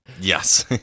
Yes